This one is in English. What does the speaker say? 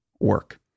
work